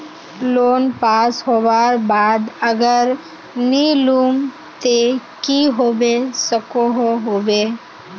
Loan pass होबार बाद अगर नी लुम ते की होबे सकोहो होबे?